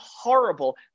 horrible